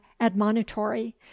admonitory